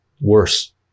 worse